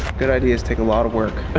good ideas take a lot of work but